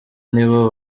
nibo